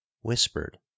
whispered